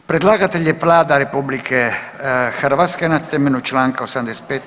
Predlagatelj je Vlada RH na temelju članka 85.